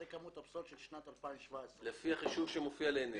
זו כמות הפסולת של שנת 2017. לפי החישוב שמופיע לנגד עינינו.